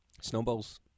Snowballs